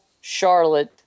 Charlotte